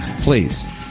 please